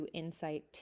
insight